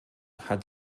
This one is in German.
hat